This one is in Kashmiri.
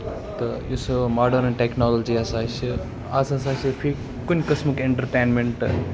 تہٕ یُس ماڈٲرٕنۍ ٹیکنلجی ہسا چھِ اَتھ ہسا چھُ کُنہِ قٔسمُک ایٚنٹرٹینمینٹ